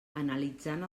analitzant